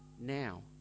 now